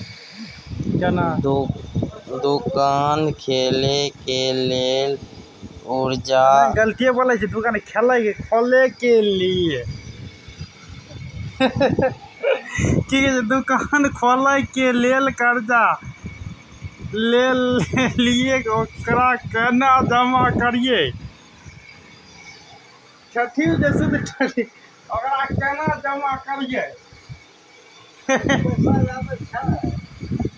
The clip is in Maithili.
दुकान खोले के लेल कर्जा जे ललिए ओकरा केना जमा करिए?